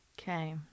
Okay